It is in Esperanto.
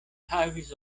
havis